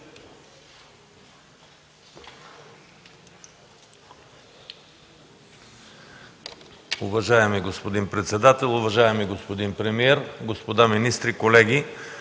Уважаеми господин председател, уважаеми господин премиер, господа министри, колеги!